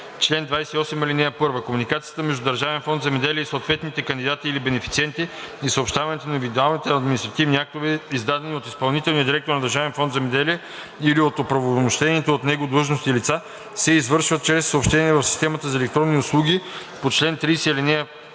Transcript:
„Чл. 28. (1) Комуникацията между Държавен фонд „Земеделие“ и съответните кандидати или бенефициенти и съобщаването на индивидуалните административни актове, издадени от изпълнителния директор на Държавен фонд „Земеделие“ или от оправомощените от него длъжностни лица, се извършва чрез съобщение в системата за електронни услуги (СЕУ) по чл. 30, ал. 2, т.